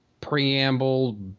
preamble